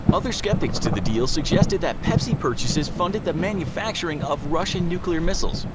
other skeptics to the deal suggested that pepsi purchases funded the manufacturing of russian nuclear missiles.